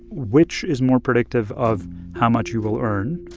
which is more predictive of how much you will earn,